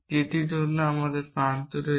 যেটির জন্য আমাদের প্রান্ত রয়েছে